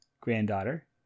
granddaughter